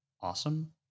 awesome